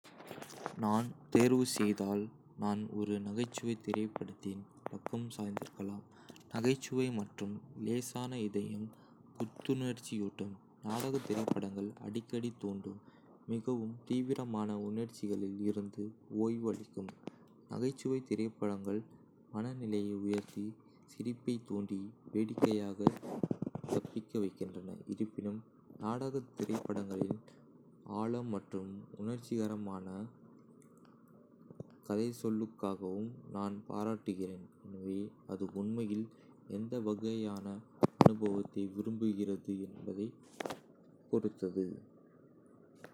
நான் தேர்வு செய்தால், நான் ஒரு நகைச்சுவைத் திரைப்படத்தின் பக்கம் சாய்ந்திருக்கலாம். நகைச்சுவை மற்றும் லேசான இதயம் புத்துணர்ச்சியூட்டும், நாடகத் திரைப்படங்கள் அடிக்கடி தூண்டும் மிகவும் தீவிரமான உணர்ச்சிகளில் இருந்து ஓய்வு அளிக்கும். நகைச்சுவைத் திரைப்படங்கள் மனநிலையை உயர்த்தி, சிரிப்பைத் தூண்டி, வேடிக்கையாகத் தப்பிக்க வைக்கின்றன. இருப்பினும், நாடகத் திரைப்படங்களின் ஆழம் மற்றும் உணர்ச்சிகரமான கதைசொல்லலுக்காகவும் நான் பாராட்டுகிறேன், எனவே அது உண்மையில் எந்த வகையான அனுபவத்தை விரும்புகிறது என்பதைப் பொறுத்தது.